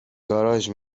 گاراژ